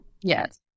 Yes